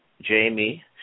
Jamie